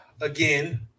Again